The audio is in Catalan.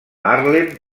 haarlem